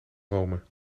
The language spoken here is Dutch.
rome